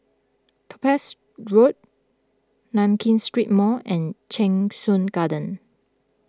Topaz Road Nankin Street Mall and Cheng Soon Garden